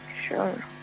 sure